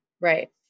Right